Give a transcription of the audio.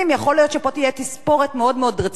יכול להיות שפה תהיה תספורת מאוד מאוד רצינית,